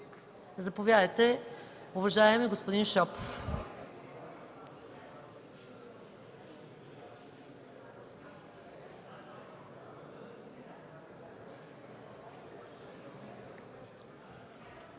Заповядайте, уважаеми господин Шопов.